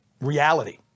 reality